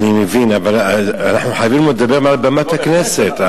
אני מבין, אבל אנחנו חייבים לדבר מעל במת הכנסת.